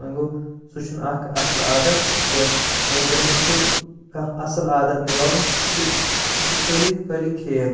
وۄنۍ گوٚو سُہ چھُنہٕ اَکھ اَصٕل عادَت کینٛہہ وۄنۍ اگر أسۍ وٕچھو کانٛہہ اَصٕل عادت نِباوُن سُہ چھُ سُہ چھُ خٲلی تہٕ خٲلی کھیل